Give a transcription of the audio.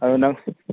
ꯑꯗꯣ ꯅꯪ